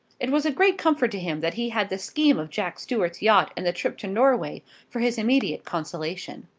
it was a great comfort to him that he had the scheme of jack stuart's yacht and the trip to norway for his immediate consolation.